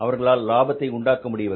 அவர்களால் லாபத்தை உண்டாக்க முடியவில்லை